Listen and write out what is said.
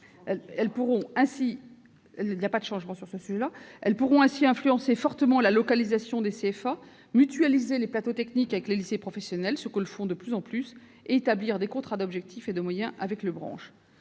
régions pourront influencer fortement la localisation des CFA, mutualiser les plateaux techniques avec les lycées professionnels, ce qu'elles font de plus en plus, et établir des contrats d'objectifs et de moyens avec les branches.